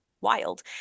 wild